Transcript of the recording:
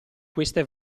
queste